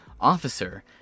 officer